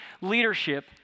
leadership